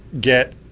get